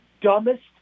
dumbest